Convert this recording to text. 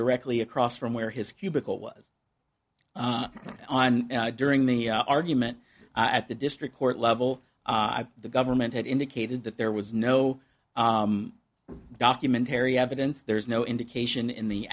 directly across from where his cubicle was during the argument at the district court level the government had indicated that there was no documentary evidence there's no indication in the